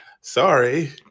Sorry